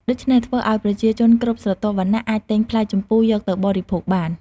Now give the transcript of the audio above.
ដូច្នេះធ្វើឱ្យប្រជាជនគ្រប់ស្រទាប់វណ្ណៈអាចទិញផ្លែជម្ពូយកទៅបរិភោគបាន។